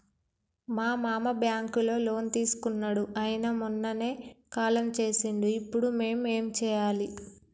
మా మామ బ్యాంక్ లో లోన్ తీసుకున్నడు అయిన మొన్ననే కాలం చేసిండు ఇప్పుడు మేం ఏం చేయాలి?